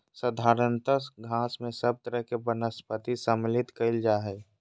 साधारणतय घास में सब तरह के वनस्पति सम्मिलित कइल जा हइ